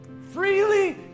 Freely